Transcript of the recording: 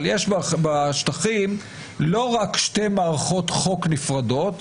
אבל יש בשטחים לא רק שתי מערכות חוק נפרדות,